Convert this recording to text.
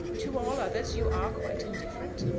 to all others you are quite indifferent?